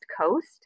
Coast